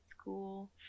school